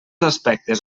aspectes